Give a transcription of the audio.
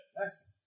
Nice